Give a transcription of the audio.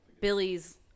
Billy's